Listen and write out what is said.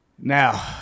Now